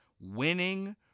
winning